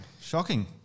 shocking